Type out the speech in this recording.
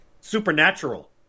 Supernatural